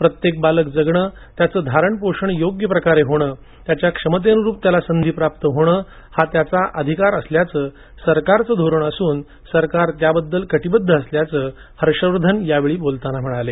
प्रत्येक बालक जगणे त्याचे धारणपोषण योग्य प्रकारे होणे तसेच त्याच्या क्षमतेनुरूप संधी त्याला प्राप्त होणे हात्याचा अधिकार असल्याचं सरकारचे धोरण असून सरकार त्याबाबत कटिबद्ध असल्याचे हर्ष वर्धन यावेळी बोलताना म्हणाले